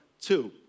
two